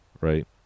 Right